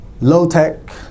low-tech